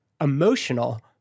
emotional